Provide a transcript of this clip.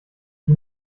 die